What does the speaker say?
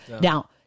Now